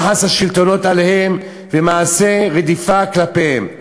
יחס השלטונות אליהם ומעשי רדיפה כלפיהם.